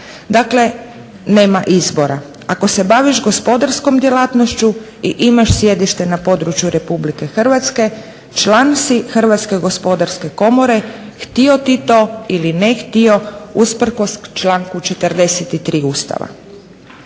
Dakle, nema izbora. Ako se baviš gospodarskom djelatnošću i imaš sjedište na području Republike Hrvatske član si Hrvatske gospodarske komore htio ti to ili ne htio usprkos člansku 43. Ustava.